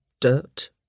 dirt